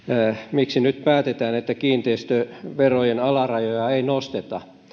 miksi nyt päätetään että kiinteistöverojen alarajoja ei nosteta